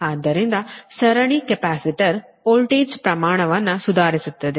ಆದ್ದರಿಂದ ಸರಣಿ capacitor voltage ಪ್ರಮಾಣವನ್ನು ಸುಧಾರಿಸುತ್ತದೆ